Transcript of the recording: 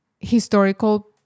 historical